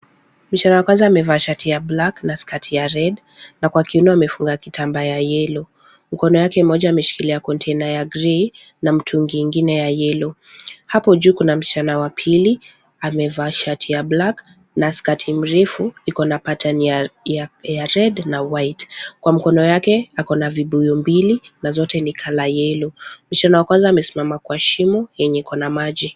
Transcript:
Mschana wa kwanza umevaa shati ya black na skati ya red , na kwa kiuno amefunga kitambaa ya yellow . Mkono yake mmoja umeshikilia container ya green , na mtungi ingine ya yellow . Hapo juu kuna mschana wa pili, amevaa shati ya black na skati mrefu iko na Parten ya red na white . Kwa mkono yake, akona vibui mbili, na zote ni kala yellow . Mschana wa kwanza amesimama kwa shimo yenye kona maji.